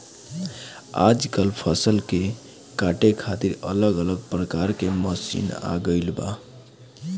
आजकल फसल के काटे खातिर अलग अलग प्रकार के मशीन आ गईल बा